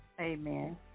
Amen